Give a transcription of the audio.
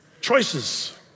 Choices